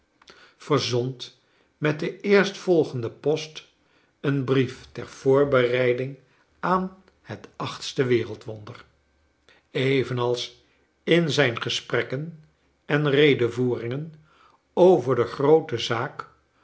verzond met de eerstvolgende post een brief ter voorbereiding aan het achtste wereldwonder evenals in zijn gesprekken en redevoeringen over de groote zaak